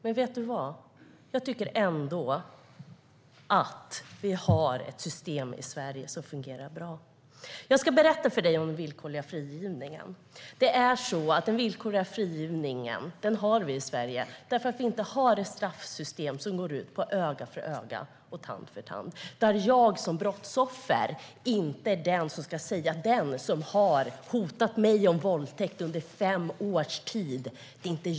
Men jag tycker ändå att vi har ett system i Sverige som fungerar bra. Jag ska berätta om den villkorliga frigivningen. Den har vi i Sverige eftersom vi inte har ett straffsystem som går ut på öga för öga, tand för tand. Det är inte jag som brottsoffer som ska bestämma straffet för den som har hotat mig om våldtäkt under fem års tid.